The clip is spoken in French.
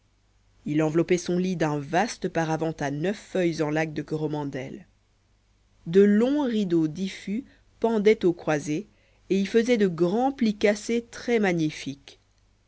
il enveloppait son lit d'un vaste paravent à neuf feuilles en laque de coromandel de longs rideaux diffus pendaient aux croisées et y faisaient de grands plis cassés très magnifiques